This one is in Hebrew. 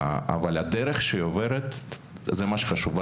אבל הדרך שהיא עוברת זה מה שחשוב.